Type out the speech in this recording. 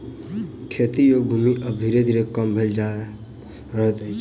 खेती योग्य भूमि आब धीरे धीरे कम भेल जा रहल अछि